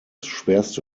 schwerste